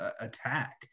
attack